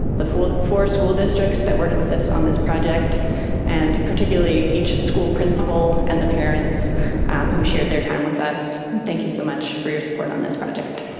the four four school districts that worked with us on this project and particularly each school principal and the parents who shared their time with us. thank you so much for your support on this project.